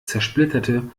zersplitterte